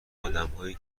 آدمایی